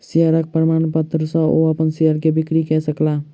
शेयरक प्रमाणपत्र सॅ ओ अपन शेयर के बिक्री कय सकला